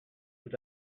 tout